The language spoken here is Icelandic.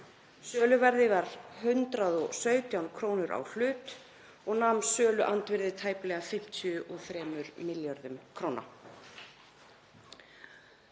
Söluverðið var 117 kr. á hlut og nam söluandvirðið tæplega 53 milljörðum kr.